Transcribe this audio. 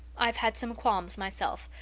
i've had some qualms myself.